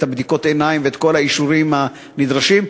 בדיקות העיניים ואת כל האישורים הנדרשים.